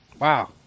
Wow